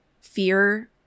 fear